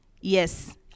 yes